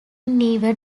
newer